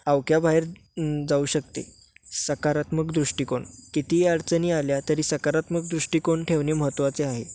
आवक्या बाहेर जाऊ शकते सकारात्मक दृष्टिकोन कितीही अडचणी आल्या तरी सकारात्मक दृष्टिकोन ठेवणे महत्वाचे आहे